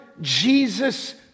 Jesus